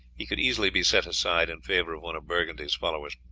he could easily be set aside in favour of one of burgundy's followers.